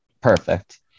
perfect